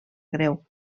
greu